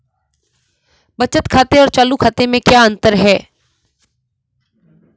बचत खाते और चालू खाते में क्या अंतर है?